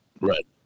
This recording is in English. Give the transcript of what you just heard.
Right